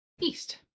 east